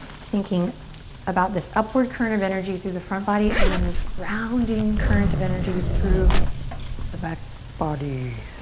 thinking about this upward current of energy through the front body and then this grounding current of energy through the back body.